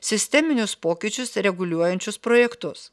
sisteminius pokyčius reguliuojančius projektus